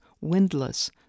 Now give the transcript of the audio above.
windless